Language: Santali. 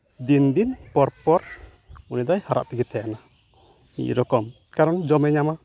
ᱫᱤᱱᱼᱫᱤᱱ ᱯᱚᱨᱼᱯᱚᱨ ᱩᱱᱤ ᱫᱚᱭ ᱦᱟᱨᱟᱜ ᱛᱮᱜᱮᱭ ᱛᱮᱦᱮᱱᱟ ᱢᱤᱫ ᱨᱚᱠᱚᱢ ᱠᱟᱨᱚᱱ ᱡᱚᱢᱮᱭ ᱧᱟᱢᱟ